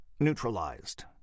Neutralized